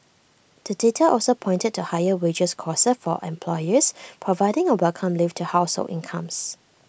the data also pointed to higher wages costs for employers providing A welcome lift to household incomes